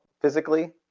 physically